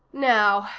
now,